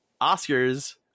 Oscars